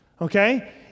okay